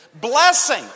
Blessing